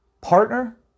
partner